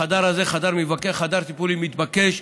החדר הזה, חדר טיפולים, מתבקש.